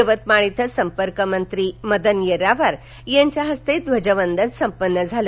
युवतमाळ इथं संपर्कमंत्री मदन येरावार यांच्या हस्ते ध्वजवंदन संपन्न झाले